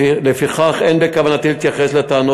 לפיכך אין בכוונתי להתייחס לטענות,